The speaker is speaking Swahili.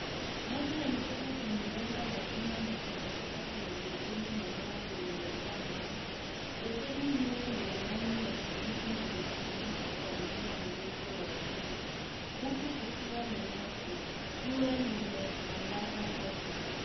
Maji yanatoka kwenye bomba la chuma na kumwagika kwenye beseni la mawe lililo jaa maji. Baseni hilo ni la rangi ya kijivu na limefunikwa kwa mmea mdogo wa ukungu. Huku kukiwa na nyasi, jua limeangaza kote.